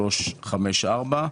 2023-002354,